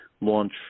launch